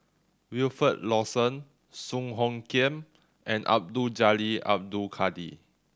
Wilfed Lawson Song Hoot Kiam and Abdul Jalil Abdul Kadir